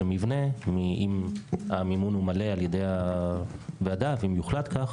אם המימון על ידי הוועדה הוא מלא ואם יוחלט כך,